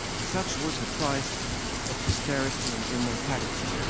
such was the price of posterity and immortality.